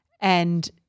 and-